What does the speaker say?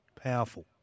Powerful